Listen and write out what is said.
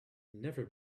never